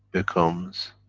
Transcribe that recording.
becomes